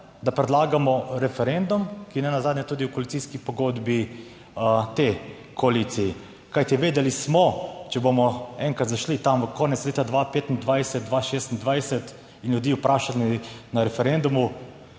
da predlagamo referendum, ki je nenazadnje tudi v koalicijski pogodbi te koalicije, kajti vedeli smo, če bomo enkrat zašli tam konec leta 2025, 2026 in ljudi vprašali na referendumu,